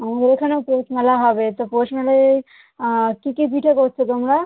আমাদের এখানেও পৌষ মেলা হবে তা পৌষ মেলায় কী কী পিঠে করছো তোমরা